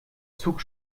zug